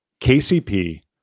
KCP